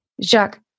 Jacques